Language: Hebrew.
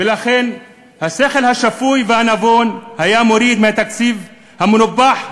ולכן השכל השפוי והנבון היה מוריד מהתקציב המנופח,